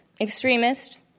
extremist